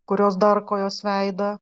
kurios darko jos veidą